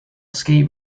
ski